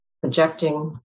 projecting